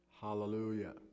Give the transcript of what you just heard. Hallelujah